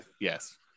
yes